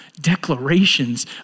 declarations